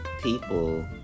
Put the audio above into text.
people